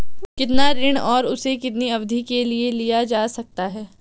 कितना ऋण और उसे कितनी अवधि के लिए लिया जा सकता है?